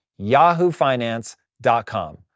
yahoofinance.com